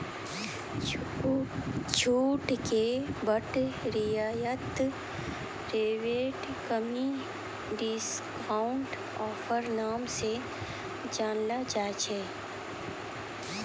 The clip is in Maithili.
छूट के बट्टा रियायत रिबेट कमी डिस्काउंट ऑफर नाम से जानलो जाय छै